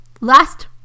Last